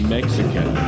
Mexican